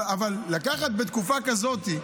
אבל לקחת בתקופה כזאת,